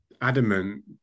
adamant